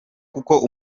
kuko